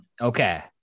Okay